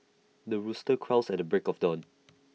the rooster crows at the break of dawn